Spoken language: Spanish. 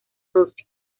socios